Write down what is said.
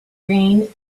green